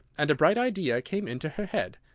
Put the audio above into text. and a bright idea came into her head.